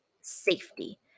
safety